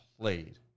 played